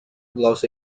los